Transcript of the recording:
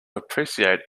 appreciate